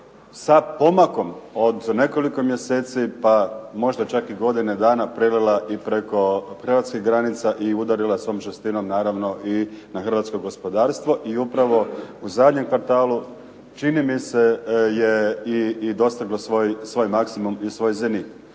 sa pomakom od nekoliko mjeseci, pa možda čak i godine dana prelila i preko hrvatskih granica i udarila svom žestinom naravno i na hrvatsko gospodarstvo. I upravo u zadnjem kvartalu čini mi se je i doseglo svoj maksimum i svoj zenit.